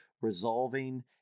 resolving